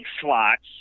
slots